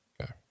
okay